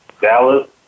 Dallas